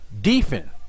defense